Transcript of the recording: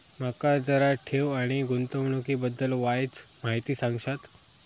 माका जरा ठेव आणि गुंतवणूकी बद्दल वायचं माहिती सांगशात?